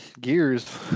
gears